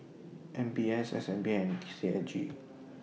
M B S S N B and C A G